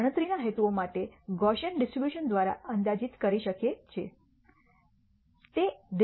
અમે ગણતરીના હેતુઓ માટે ગૌસિયન ડિસ્ટ્રીબ્યુશન દ્વારા અંદાજીત કરી શકીએ છીએ